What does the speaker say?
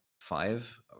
five